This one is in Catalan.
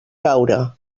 caure